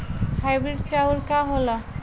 Hybrid चाउर का होला?